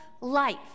life